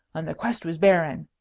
and the quest was barren.